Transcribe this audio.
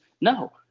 No